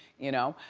you know?